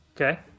Okay